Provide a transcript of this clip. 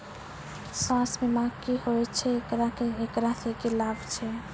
स्वास्थ्य बीमा की होय छै, एकरा से की लाभ छै?